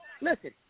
Listen